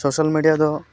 social media ᱫᱚ